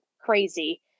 crazy